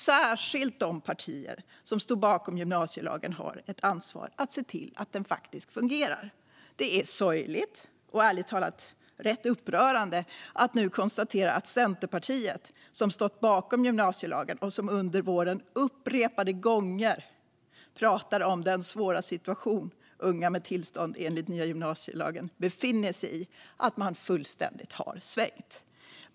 Särskilt de partier som stod bakom gymnasielagen har ett ansvar att se till att den faktiskt fungerar. Det är sorgligt och ärligt talat upprörande att nu konstatera att Centerpartiet - som stått bakom gymnasielagen och som under våren upprepade gånger pratat om den svåra situation unga med tillstånd enligt nya gymnasielagen befinner sig i - nu fullständigt har svängt.